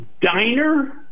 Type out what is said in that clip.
diner